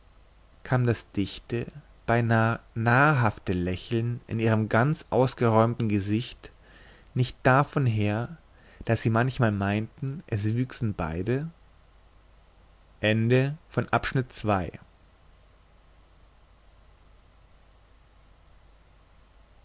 kam das dichte beinah nahrhafte lächeln in ihrem ganz ausgeräumten gesicht nicht davon her daß sie manchmal meinten es wüchsen beide